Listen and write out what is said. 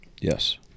Yes